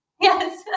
Yes